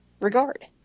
regard